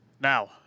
Now